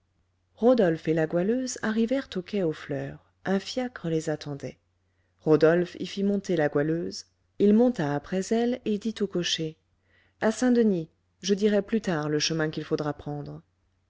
rodolphe et la goualeuse arrivèrent au quai aux fleurs un fiacre les attendait rodolphe y fit monter la goualeuse il monta après elle et dit au cocher à saint-denis je dirai plus tard le chemin qu'il faudra prendre